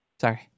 Sorry